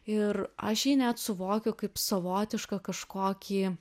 ir aš jį net suvokiu kaip savotišką kažkokį